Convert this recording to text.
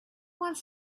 wants